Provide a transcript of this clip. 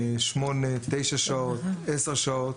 8-10 שעות.